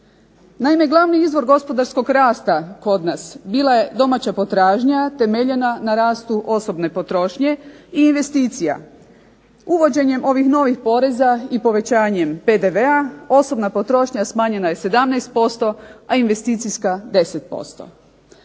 Naime, glavni izvor gospodarskog rasta kod nas bila je domaća potražnja temeljena na rastu osobne potrošnje i investicija. Uvođenjem ovih novih poreza i povećanjem PDV-a osobna potrošnja smanjena je 17%, a investicijska 10%.